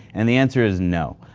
and the answer is no.